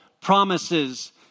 promises